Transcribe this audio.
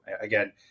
again